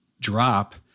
drop